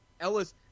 Ellis